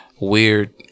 weird